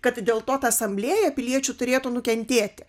kad dėl to ta asamblėja piliečių turėtų nukentėti